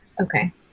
Okay